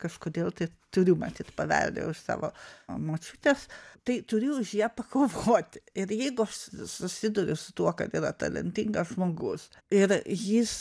kažkodėl tai turiu matyt paveldėjau iš savo močiutės tai turiu už ją pakovoti ir jeigu aš su susiduriu su tuo kad yra talentingas žmogus ir jis